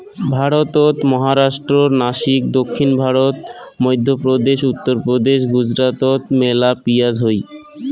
ভারতত মহারাষ্ট্রর নাসিক, দক্ষিণ ভারত, মইধ্যপ্রদেশ, উত্তরপ্রদেশ, গুজরাটত মেলা পিঁয়াজ হই